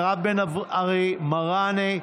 מירב בן ארי ומראענה,